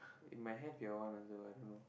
you might have your one also I don't know